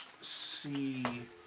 see